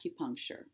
acupuncture